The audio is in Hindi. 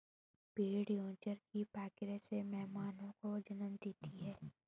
भ़ेड़ यौनाचार की प्रक्रिया से मेमनों को जन्म देते हैं